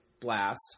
blast